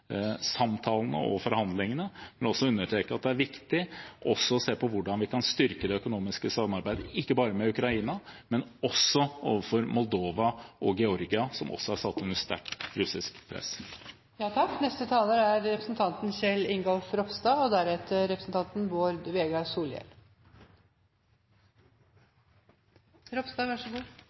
og forhandlingene, men jeg vil understreke at det også er viktig å se på hvordan vi kan styrke det økonomiske samarbeidet – ikke bare med Ukraina, men også overfor Moldova og Georgia som også er stater med sterkt russisk press. Det er ikke meningen å dra ut debatten, men når en har 3 minutter, rekker en så